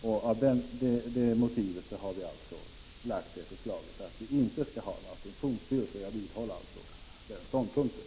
Det är motivet till att vi har väckt förslaget om att vi inte skall ha några funktionsstyrelser. Jag vidhåller alltså den ståndpunkten.